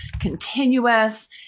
continuous